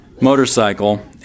motorcycle